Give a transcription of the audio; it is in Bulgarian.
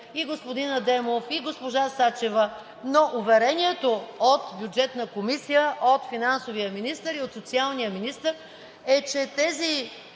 и господин Адемов, и госпожа Сачева, но уверението от Бюджетната комисия, от финансовия министър и от социалния министър е, че тези